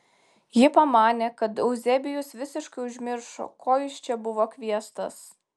ji pamanė kad euzebijus visiškai užmiršo ko jis čia buvo kviestas